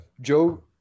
Joe